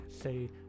say